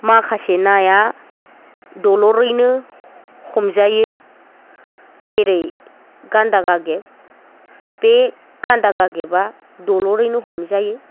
माखासे नाया दलरयैनो हमजायो जेरै गान्दा गागेब बे गान्दा गागेबआ दलरैनो हमजायो